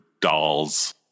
dolls